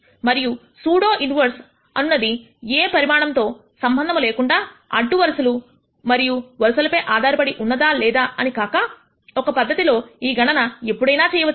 మరియు pseudo inverse అను అది A పరిమాణంతో సంబంధము లేకుండా అడ్డు వరుస లు మరియు వరుసల పై ఆధారపడి ఉన్నదా లేదా అని కాక ఒక పద్ధతిలో ఈ గణన ఎప్పుడైనా చేయవచ్చు